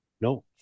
no